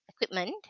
equipment